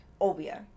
obia